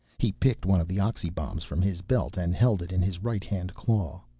he picked one of the oxy-bombs from his belt and held it in his right-hand claw.